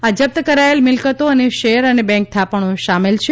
આ જપ્ત કરાયેલ મિલકતો અને શેર અને બેંક થાપણો શામેલ છે